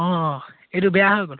অঁ অঁ এইটো বেয়া হৈ গ'ল